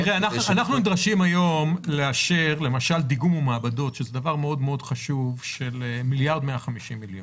אנחנו נדרשים היום לאשר דיגום מעבדות בסך מיליארד 150 מיליון,